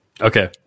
Okay